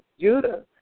Judah